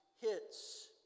hits